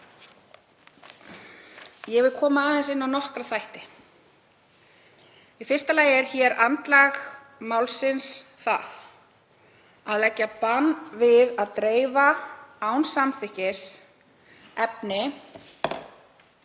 Ég vil koma aðeins inn á nokkra þætti. Í fyrsta lagi er andlag málsins það að leggja bann við að dreifa efni án samþykkis.